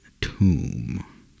tomb